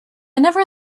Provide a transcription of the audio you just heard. never